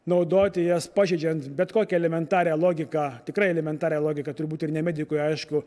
naudoti jas pažeidžiant bet kokią elementarią logiką tikrai elementarią logiką turbūt ir ne medikui aišku